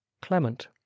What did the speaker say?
clement